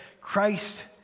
Christ